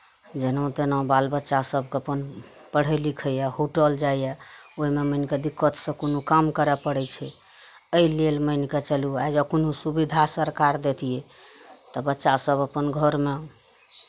जेना तेना बाल बच्चा सभकेँ अपन पढ़ै लिखैए होटल जाइए ओहिमे मानि कऽ दिक्कतसँ कोनो काम करय पड़ै छै एहि लेल मानि कऽ चलू आइ जँ कोनो सुविधा सरकार दैतियै तऽ बच्चासभ अपन घरमे